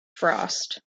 frost